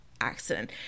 accident